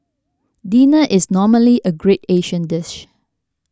dinner is normally a great Asian dish